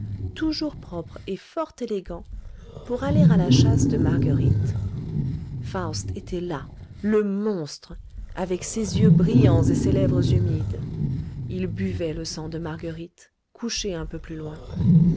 toujours propre et fort élégant pour aller à la chasse de marguerite faust était là le monstre avec ses yeux brillants et ses lèvres humides il buvait le sang de marguerite couchée un peu plus loin